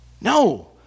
No